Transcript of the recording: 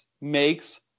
makes